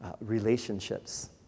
relationships